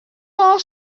our